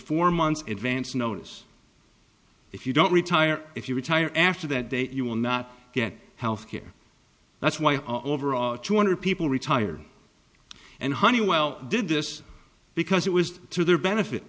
four months advance notice if you don't retire if you retire after that date you will not get health care that's why our overall two hundred people retired and honeywell did this because it was to their benefit